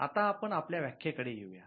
आता आपण आपल्या व्याख्या कडे येऊ या